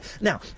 now